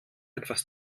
etwas